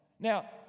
Now